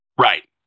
Right